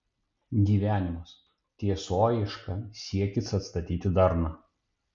gyvenimas tiesoieška siekis atstatyti darną